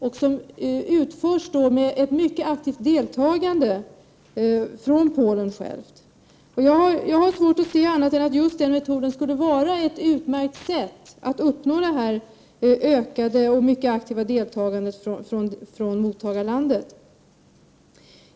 De utförs med ett mycket aktivt deltagande från polsk sida. Jag har svårt att se annat än att just den metoden skulle vara ett utmärkt sätt att uppnå det ökade och mycket aktiva deltagandet från mottagarlandets sida.